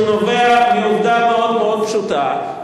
שנובע מעובדה מאוד פשוטה,